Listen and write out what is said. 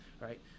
right